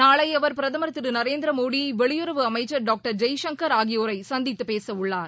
நாளை அவர் பிரதமர் திரு நரேந்திர மோடி வெளியுறவு அமைச்சர் டாக்டர் ஆகியோரை சந்தித்து பேசவுள்ளார்